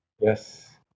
Yes